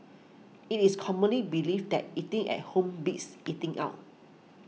it is commonly believed that eating at home beats eating out